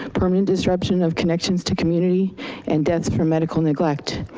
permanent disruption of connections to community and deaths for medical neglect.